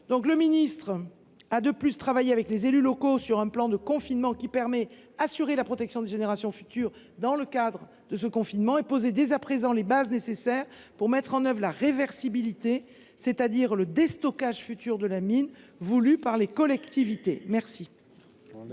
le ministre a travaillé avec les élus locaux sur un plan de confinement permettant d’assurer la protection des générations futures dans le cadre de ce confinement et de poser dès à présent les bases nécessaires pour mettre en œuvre la réversibilité, c’est à dire le déstockage futur de la mine, voulue par les collectivités. La